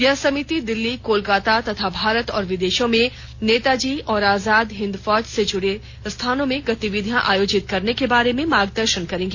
यह समिति दिल्ली कोलकाता तथा भारत और विदेशों में नेताजी और आजाद हिंद फौज से जुड़े स्थानों में गतिविधियां आयोजित करने के बारे में मार्गदर्शन करेगी